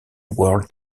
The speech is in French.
world